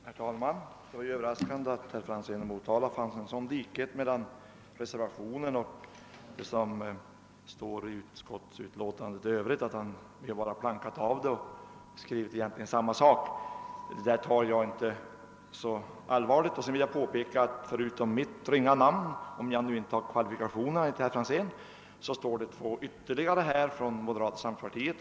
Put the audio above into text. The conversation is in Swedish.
Herr talman! Det var överraskande att herr Franzén i Motala fann en sådan likhet mellan reservationen och utskottsutlåtandet, att vi egentligen bara plankat av utlåtandet och skrivit samma sak, men det uttalandet tar jag inte så allvarligt. Dessutom vill jag påpeka att förutom mitt ringa namn, om jag nu enligt herr Franzén inte har kvalifikationer, finns ytterligare två namn från moderata samlingspartiet.